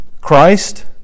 Christ